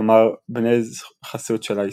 כלומר בני חסות של האסלאם,